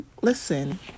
listen